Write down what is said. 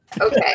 Okay